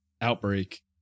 outbreak